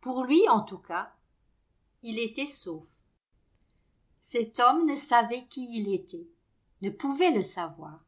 pour lui en tout cas il était sauf cet homme ne savait qui il était ne pouvait le savoir